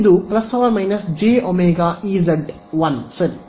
ಇದು ± jω0Ezl ಸರಿ